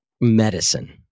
medicine